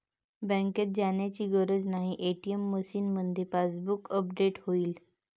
बँकेत जाण्याची गरज नाही, ए.टी.एम मशीनमध्येच पासबुक अपडेट होईल